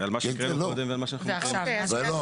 על מה שהקראנו קודם ועל מה שאנחנו מקריאים עכשיו.